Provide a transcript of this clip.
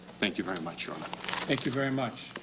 thank you very much. ah and thank you very much.